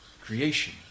creation